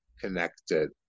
connected